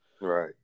Right